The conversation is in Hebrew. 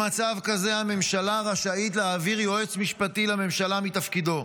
במצב כזה הממשלה רשאית להעביר יועץ משפטי לממשלה מתפקידו.